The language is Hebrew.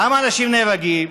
למה אנשים נהרגים?